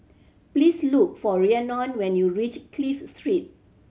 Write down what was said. please look for Rhiannon when you reach Clive Street